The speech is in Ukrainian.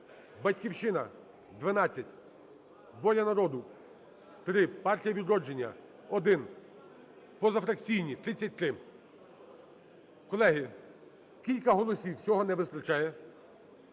"Батьківщина" – 12, "Воля народу" – 3, "Партія "Відродження" – 1, позафракційні – 33. Колеги, кілька голосів всього не вистачає.